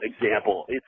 example